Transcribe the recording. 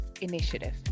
initiative